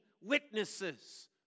witnesses